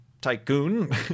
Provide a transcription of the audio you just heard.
tycoon